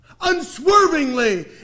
Unswervingly